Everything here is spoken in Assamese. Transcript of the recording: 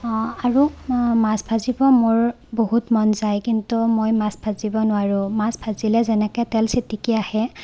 আৰু মাছ ভাজিব মোৰ বহুত মন যায় কিন্তু মই মাছ ভাজিব নোৱাৰোঁ মাছ ভাজিলে যেনেকৈ তেল চিটিকি আহে